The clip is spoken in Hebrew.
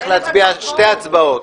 צריך להצביע שתי הצבעות.